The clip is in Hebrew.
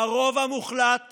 הרוב המוחלט